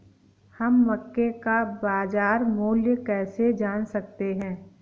हम मक्के का बाजार मूल्य कैसे जान सकते हैं?